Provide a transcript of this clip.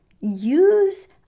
use